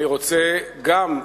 אני רוצה, גם,